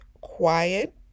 quiet